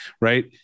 right